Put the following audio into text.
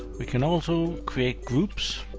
we can also create groups.